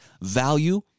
value